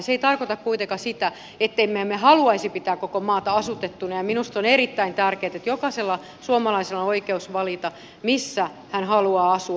se ei tarkoita kuitenkaan sitä että me emme haluaisi pitää koko maata asutettuna ja minusta on erittäin tärkeätä että jokaisella suomalaisella on oikeus valita missä hän haluaa asua